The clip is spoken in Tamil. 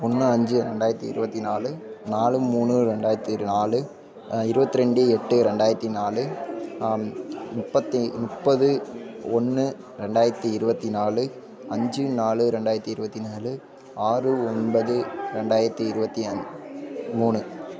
ஒன்று அஞ்சு ரெண்டாயிரத்து இருபத்தி நாலு நாலு மூணு ரெண்டாயிரத்து நாலு இருபத்தி ரெண்டு எட்டு ரெண்டாயிரத்து நாலு முப்பத்தி முப்பது ஒன்று ரெண்டாயிரத்து இருபத்தி நாலு அஞ்சு நாலு ரெண்டாயிரத்து இருபத்தி நாலு ஆறு ஒன்பது ரெண்டாயிரத்து இருபத்தி அ மூணு